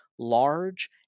large